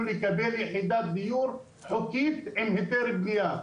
לקבל יחידת דיור חוקית עם היתר בנייה.